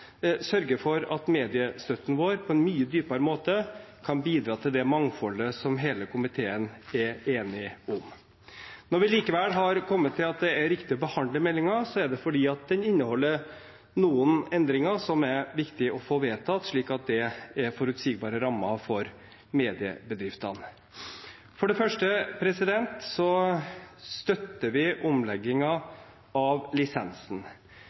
sørge for at mediestøtten vår på en mye dypere måte kan bidra til det mangfoldet som hele komiteen er enig om. Når vi likevel har kommet til at det er riktig å behandle meldingen, er det fordi den inneholder noen endringer som er viktig å få vedtatt, slik at det er forutsigbare rammer for mediebedriftene. For det første støtter vi omleggingen av lisensen.